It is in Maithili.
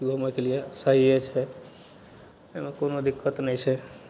घुमैके लिए सहिए छै एहिमे कोनो दिक्कत नहि छै